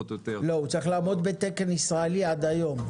לא, הוא צריך לעמוד בתקן ישראלי עד היום.